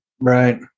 Right